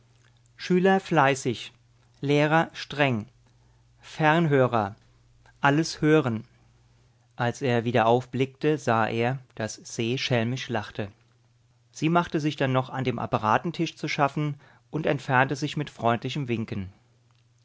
schüler fleißig lehrer streng fernhörer alles hören als er wieder aufblickte sah er daß se schelmisch lachte sie machte sich dann noch an dem apparatentisch zu schaffen und entfernte sich mit freundlichen winken